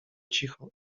cicho